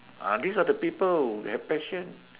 uh these are the people have passion